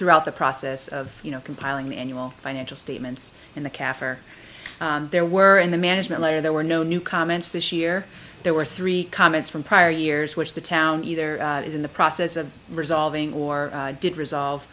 throughout the process of you know compiling annual financial statements in the kaffir there were in the management layer there were no new comments this year there were three comments from prior years which the town either is in the process of resolving or did resolve